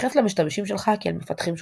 תתייחס למשתמשים שלך כאל מפתחים שותפים.